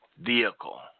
Vehicle